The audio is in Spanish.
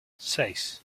seis